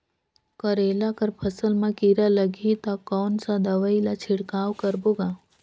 करेला कर फसल मा कीरा लगही ता कौन सा दवाई ला छिड़काव करबो गा?